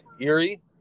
Erie